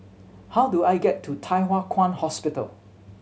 how do I get to Thye Hua Kwan Hospital